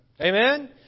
Amen